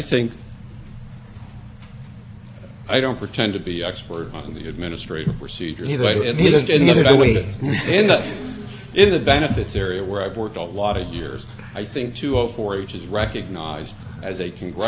it benefits area where i've worked a lot of years i think two zero four each is recognized as a congressional decision that participants are to be given very specific notice so they can protect themselves and